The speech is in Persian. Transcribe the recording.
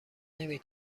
نمی